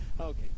Okay